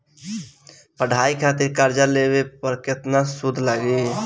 पढ़ाई खातिर कर्जा लेवे पर केतना सूद लागी?